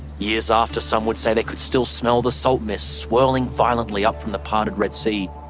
years after, some would say, they could still smell the salt mist swirling violently up from the pot of red sea.